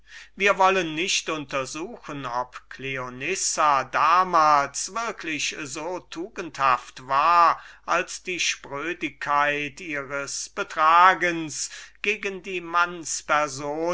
wir wollen nicht untersuchen ob cleonissa damals würklich so tugendhaft war als die sprödigkeit ihres betragens gegen die